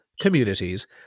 Communities